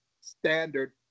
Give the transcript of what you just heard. standard